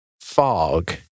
fog